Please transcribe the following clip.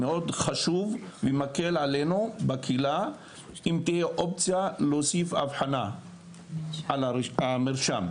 זה מאוד חשוב ומקל עלינו אם אופציה להוסיף אבחנה על המרשם.